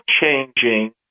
changing